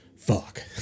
Fuck